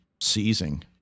seizing